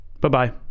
Bye-bye